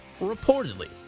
reportedly